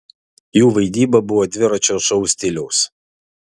jų vaidyba buvo dviračio šou stiliaus